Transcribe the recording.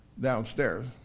downstairs